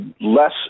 less